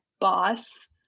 boss